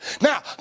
Now